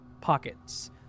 Pockets